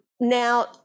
Now